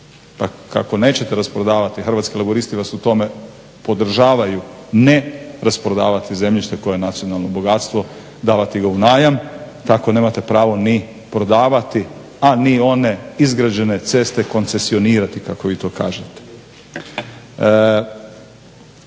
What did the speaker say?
Kako nećete rasprodavati Hrvatski laburisti vas u tome podržavaju. Ne rasprodavati zemljište koje je nacionalno bogatstvo, davati ga u najam, tako nemate pravo ni prodavati a ni one izgrađene ceste koncesionirati kako vi to kažete.